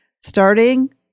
starting